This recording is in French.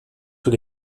sous